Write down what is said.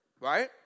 right